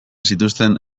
zituzten